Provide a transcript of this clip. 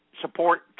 support